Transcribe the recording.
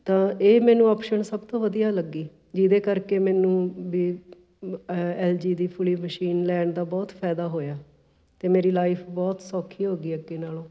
ਤਾਂ ਇਹ ਮੈਨੂੰ ਆਪਸ਼ਨ ਸਭ ਤੋਂ ਵਧੀਆ ਲੱਗੀ ਜਿਹਦੇ ਕਰਕੇ ਮੈਨੂੰ ਐਲ ਜੀ ਦੀ ਫੁਲੀ ਮਸ਼ੀਨ ਲੈਣ ਦਾ ਬਹੁਤ ਫਾਇਦਾ ਹੋਇਆ ਅਤੇ ਮੇਰੀ ਲਾਈਫ ਬਹੁਤ ਸੌਖੀ ਹੋ ਗਈ ਅੱਗੇ ਨਾਲੋਂ